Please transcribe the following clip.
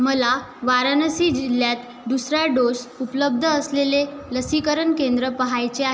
मला वाराणसी जिल्ह्यात दुसरा डोस उपलब्ध असलेले लसीकरण केंद्र पहायचे आ